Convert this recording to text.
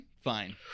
fine